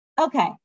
Okay